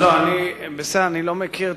אני לא מכיר.